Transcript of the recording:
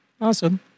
Awesome